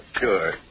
sure